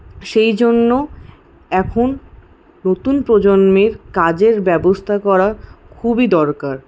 সেইজন্য এখন নতুন প্রজন্মের কাজের ব্যবস্থা করা খুবই দরকার